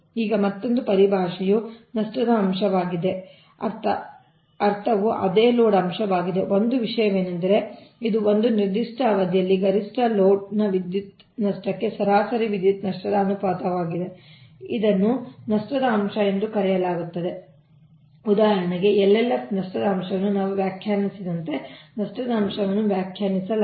ಈಗ ಮತ್ತೊಂದು ಪರಿಭಾಷೆಯು ನಷ್ಟದ ಅಂಶವಾಗಿದೆ ಅರ್ಥವು ಅದೇ ಲೋಡ್ ಅಂಶವಾಗಿದೆ ಒಂದೇ ವಿಷಯವೆಂದರೆ ಇದು ಒಂದು ನಿರ್ದಿಷ್ಟ ಅವಧಿಯಲ್ಲಿ ಗರಿಷ್ಠ ಲೋಡ್ ವಿದ್ಯುತ್ ನಷ್ಟಕ್ಕೆ ಸರಾಸರಿ ವಿದ್ಯುತ್ ನಷ್ಟದ ಅನುಪಾತವಾಗಿದೆ ಇದನ್ನು ನಷ್ಟದ ಅಂಶ ಎಂದು ಕರೆಯಲಾಗುತ್ತದೆ ಉದಾಹರಣೆಗೆ ಆದ್ದರಿಂದ LLF ನಷ್ಟದ ಅಂಶವನ್ನು ನಾವು ವ್ಯಾಖ್ಯಾನಿಸಿದಂತೆ ನಷ್ಟದ ಅಂಶವನ್ನು ವ್ಯಾಖ್ಯಾನಿಸಲಾಗಿದೆ